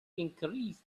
increased